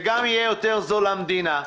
זה גם יהיה יותר זול למדינה,